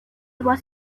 was